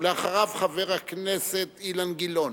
ואחריו, חבר הכנסת אילן גילאון.